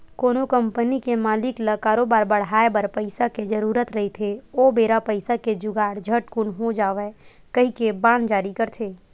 कोनो कंपनी के मालिक ल करोबार बड़हाय बर पइसा के जरुरत रहिथे ओ बेरा पइसा के जुगाड़ झटकून हो जावय कहिके बांड जारी करथे